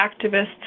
activists